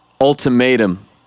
ultimatum